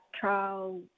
trial